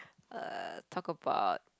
err talk about